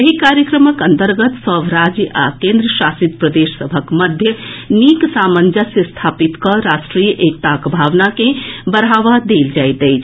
एहि कार्यक्रमक अन्तर्गत सभ राज्य आ केन्द्रशासित प्रदेश सभक मध्य नीक सामंजस्य स्थापित कऽ राष्ट्रीय एकताक भावना के बढ़ावा देल जाइत अछि